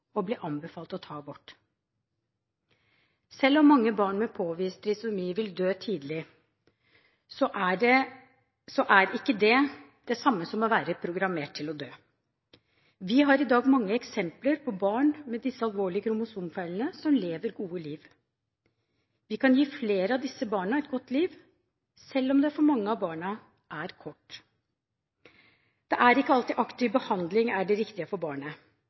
og blir anbefalt å ta abort. Selv om mange barn med påvist trisomi vil dø tidlig, er ikke det det samme som å være programmert til å dø. Vi har i dag mange eksempler på at barn med disse alvorlige kromosomfeilene lever gode liv. Vi kan gi flere av disse barna et godt liv, selv om det for mange av barna er kort. Det er ikke alltid aktiv behandling er det riktige for barnet.